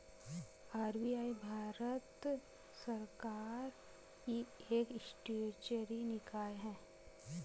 RBI Bharat सरकार की एक स्टेचुअरी निकाय है